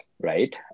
right